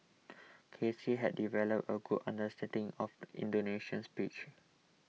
K C had developed a good understanding of the Indonesian psyche